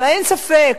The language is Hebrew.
אין ספק,